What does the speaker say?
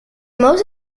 most